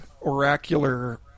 oracular